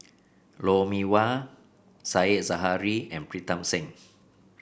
Lou Mee Wah Said Zahari and Pritam Singh